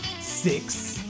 Six